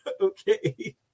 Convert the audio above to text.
Okay